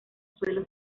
suelos